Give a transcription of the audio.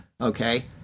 okay